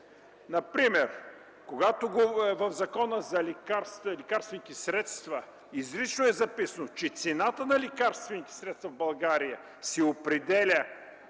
Например, когато в Закона за лекарствените средства изрично е записано, че цената на лекарствените средства в България се определя